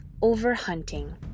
overhunting